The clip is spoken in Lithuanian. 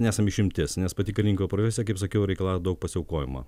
nesam išimtis nes pati karininko profesija kaip sakiau reikalauja daug pasiaukojimo